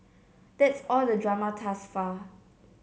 that's all the drama thus far